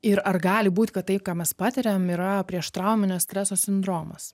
ir ar gali būt kad tai ką mes patiriam yra prieštrauminio streso sindromas